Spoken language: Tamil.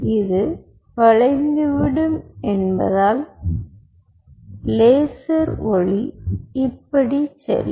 இது வளைந்துவிடும் என்பதால் லேசர் ஒளி இப்படி செல்லும்